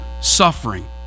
suffering